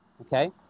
okay